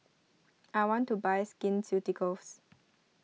I want to buy Skin Suitycoats